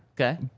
Okay